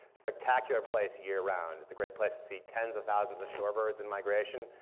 spectacular place year round. it's a great place to see tens of thousands of shore birds in migration.